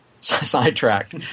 sidetracked